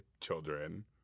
children